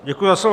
Děkuji za slovo.